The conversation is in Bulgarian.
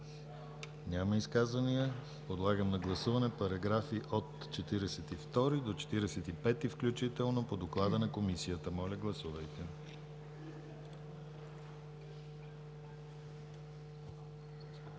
Няма изказвания. Подлагам на гласуване параграфи от 42 до 45 включително по доклада на Комисията. Гласували 118 народни